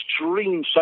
extreme